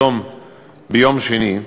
ביום שני,